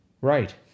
Right